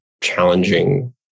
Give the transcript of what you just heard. challenging